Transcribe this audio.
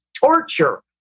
torture